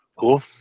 Cool